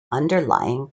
underlying